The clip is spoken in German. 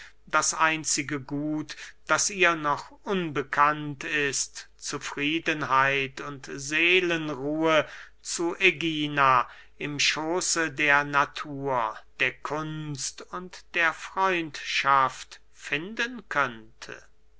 das einzige gut das ihr noch unbekannt ist zu friedenheit und seelenruhe zu ägina im schooße der natur der kunst und der freundschaft finden könnte